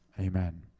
Amen